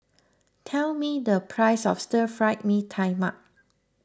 tell me the price of Stir Fry Mee Tai Mak